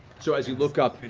so as you look up,